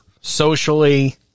socially